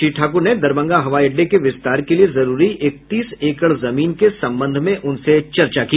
श्री ठाकुर ने दरभंगा हवाई अड्डे के विस्तार के लिए जरूरी इकतीस एकड़ जमीन के संबंध में उनसे चर्चा की